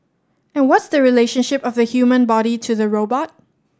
and what's the relationship of the human body to the robot